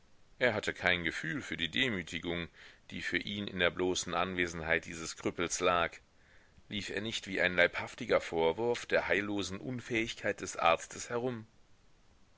er hatte kein gefühl für die demütigung die für ihn in der bloßen anwesenheit dieses krüppels lag lief er nicht wie ein leibhaftiger vorwurf der heillosen unfähigkeit des arztes herum